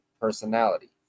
personality